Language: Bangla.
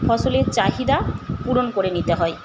ফসলের চাহিদা পূরণ করে নিতে হয়